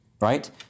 right